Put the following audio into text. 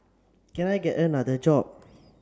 can I get another job